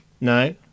No